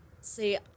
See